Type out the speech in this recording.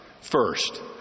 First